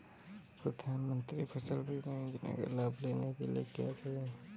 प्रधानमंत्री फसल बीमा योजना का लाभ लेने के लिए क्या करें?